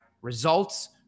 results